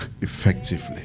effectively